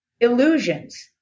illusions